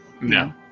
No